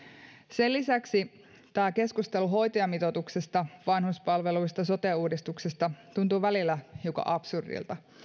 sen lisäksi tämä keskustelu hoitajamitoituksesta vanhuspalveluista ja sote uudistuksesta tuntuu välillä hiukan absurdilta